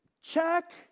check